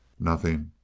nothing.